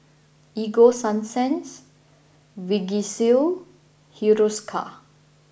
Ego sunsense Vagisil Hiruscar